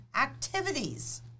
activities